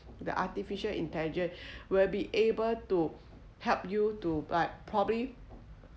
the artificial intelligence will be able to help you to like probably